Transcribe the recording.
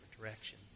direction